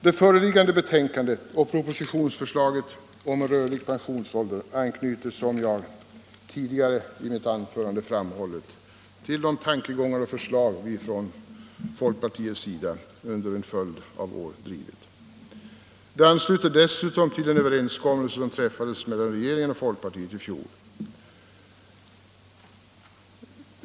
Det föreliggande betänkandet och propositionsförslaget om en rörlig pensionsålder anknyter, som jag tidigare i mitt anförande framhållit, till de tankegångar och förslag som folkpartiet under en följd av år har drivit. Det ansluter dessutom till den överenskommelse som träffades mellan regeringen och folkpartiet i fjol.